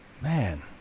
Man